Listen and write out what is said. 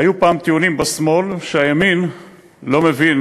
היו פעם טיעונים בשמאל על שהימין לא מבין